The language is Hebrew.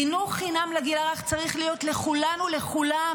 חינוך חינם לגיל הרך צריך להיות לכולן ולכולם,